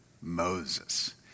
Moses